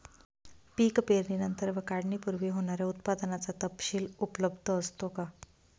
पीक पेरणीनंतर व काढणीपूर्वी होणाऱ्या उत्पादनाचा तपशील उपलब्ध असतो का?